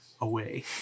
away